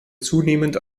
zunehmend